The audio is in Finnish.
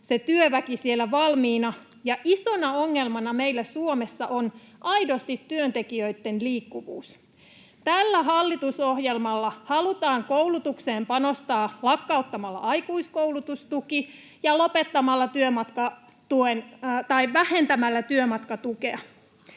se työväki siellä valmiina. Isona ongelmana meillä Suomessa on aidosti työntekijöitten liikkuvuus. Tällä hallitusohjelmalla halutaan koulutukseen panostaa lakkauttamalla aikuiskoulutustuki ja vähentämällä työmatkatukea.